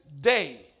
day